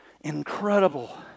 incredible